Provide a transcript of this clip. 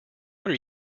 are